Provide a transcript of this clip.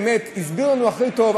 הסבירו לנו הכי טוב,